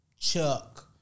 Chuck